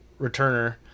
returner